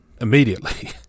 immediately